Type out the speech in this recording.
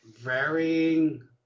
varying